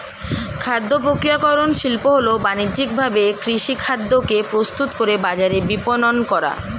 খাদ্যপ্রক্রিয়াকরণ শিল্প হল বানিজ্যিকভাবে কৃষিখাদ্যকে প্রস্তুত করে বাজারে বিপণন করা